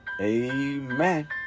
Amen